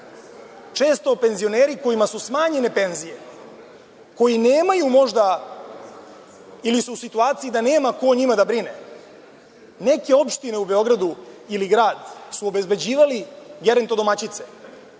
često penzioneri kojima su smanjene penzije, koji nemaju možda ili su u situaciji da nema ko o njima da brine, neke opštine u Beogradu ili grad su obezbeđivali gerento domaćice.